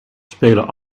spelen